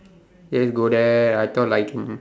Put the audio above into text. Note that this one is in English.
just go there I thought like can